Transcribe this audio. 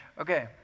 Okay